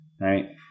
right